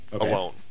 alone